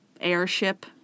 Airship